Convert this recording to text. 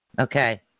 Okay